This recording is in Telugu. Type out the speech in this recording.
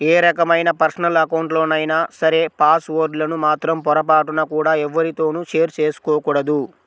ఏ రకమైన పర్సనల్ అకౌంట్లైనా సరే పాస్ వర్డ్ లను మాత్రం పొరపాటున కూడా ఎవ్వరితోనూ షేర్ చేసుకోకూడదు